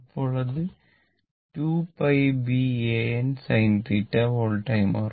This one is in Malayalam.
അപ്പോൾ അത് 2 π B a n sin θ വോൾട്ടായി മാറും